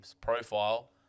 profile